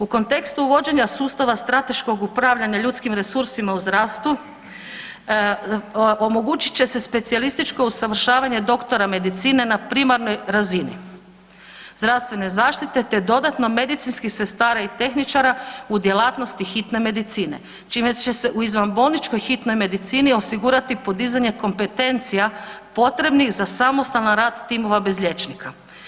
U kontekstu uvođenja sustava strateškog upravljanja ljudskim resursima u zdravstvu omogućit će se specijalističko usavršavanje doktora medicine na primarnoj razini zdravstvene zaštite, te dodatno medicinskih sestara i tehničara u djelatnosti hitne medicine, čime će se u izvan bolničkoj hitnoj medicini osigurati podizanje kompetencija potrebnih za samostalan rad timova bez liječnika.